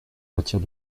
retire